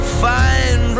find